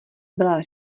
byla